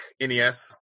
NES